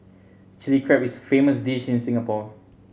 Chilli Crab is a famous dish in Singapore